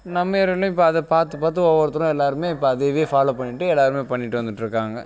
நம்ம ஏரியாலயும் இப்போ அதை பார்த்து பார்த்து ஒவ்வொருத்தரும் எல்லாருமே இப்போ அதையவே ஃபாலோவ் பண்ணிகிட்டு எல்லாருமே பண்ணிகிட்டு வந்துவிட்டு இருக்காங்க